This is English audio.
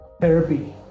therapy